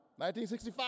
1965